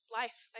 life